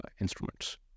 instruments